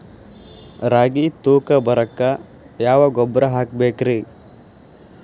ರಾಗಿ ತೂಕ ಬರಕ್ಕ ಯಾವ ಗೊಬ್ಬರ ಹಾಕಬೇಕ್ರಿ?